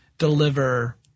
deliver